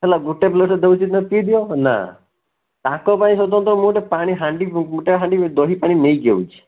ହେଲା ଗୋଟେ ପ୍ଲେଟ୍ରେ ଦେଉଛି ନେ ପିଇ ଦିଅ ନା ତାଙ୍କ ପାଇଁ ସ୍ୱତନ୍ତ୍ର ମୁଁ ଗୋଟେ ପାଣି ହାଣ୍ଡି ଗୋଟେ ହାଣ୍ଡି ଦହି ପାଣି ନେଇକି ଆଉଛି